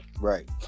Right